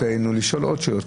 האם לא זכותנו לשאול עוד שאלות,